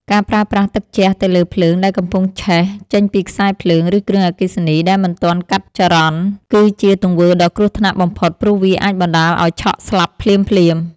ការប្រើប្រាស់ទឹកជះទៅលើភ្លើងដែលកំពុងឆេះចេញពីខ្សែភ្លើង ឬគ្រឿងអគ្គិសនីដែលមិនទាន់កាត់ចរន្ត គឺជាទង្វើដ៏គ្រោះថ្នាក់បំផុតព្រោះវាអាចបណ្ដាលឱ្យឆក់ស្លាប់ភ្លាមៗ។